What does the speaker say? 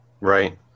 Right